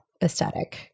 aesthetic